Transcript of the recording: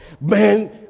man